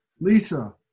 Lisa